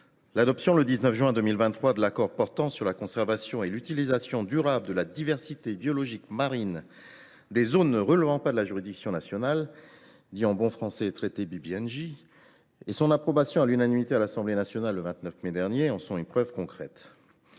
L’adoption, le 19 juin 2023, de l’accord portant sur la conservation et l’utilisation durable de la diversité biologique marine des zones ne relevant pas de la juridiction nationale et son approbation à l’unanimité à l’Assemblée nationale, le 29 mai dernier, en sont une preuve concrète.